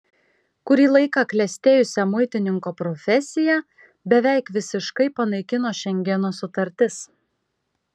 kurį laiką klestėjusią muitininko profesiją beveik visiškai panaikino šengeno sutartis